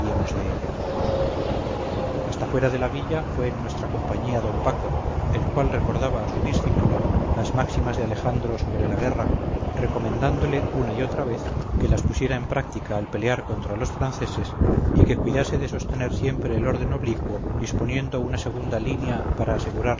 ella hasta fuera de la villa fue en nuestra compañía d paco el cual recordaba a su discípulo las máximas de alejandro sobre la guerra recomendándole una y otra vez que las pusiera en práctica al pelear contra los franceses y que cuidase de sostener siempre el orden oblicuo disponiendo una segunda línea para asegurar